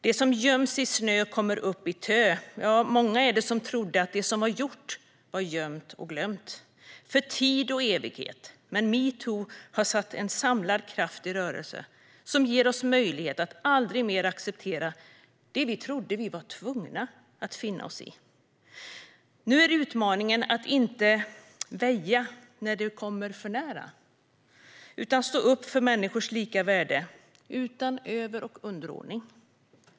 Det som göms i snö kommer upp i tö. Många var det som trodde att det som var gjort var gömt och glömt för tid och evighet, men metoo har satt en samlad kraft i rörelse som ger oss möjlighet att aldrig mer acceptera det vi trodde att vi var tvungna att finna oss i. Nu är utmaningen att inte väja när du kommer för nära utan stå upp för människors lika värde, utan någon över eller underordning.